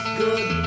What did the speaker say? good